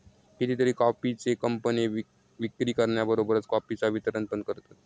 कितीतरी कॉफीचे कंपने विक्री करण्याबरोबरच कॉफीचा वितरण पण करतत